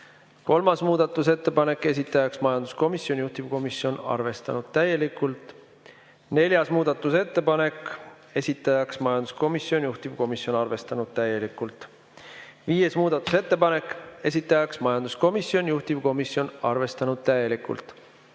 13. muudatusettepanek, esitaja majanduskomisjon, juhtivkomisjon arvestanud täielikult. 14. muudatusettepanek, esitaja majanduskomisjon, juhtivkomisjon arvestanud täielikult. 15. muudatusettepanek, esitaja majanduskomisjon, majanduskomisjon arvestanud täielikult.